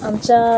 आमच्या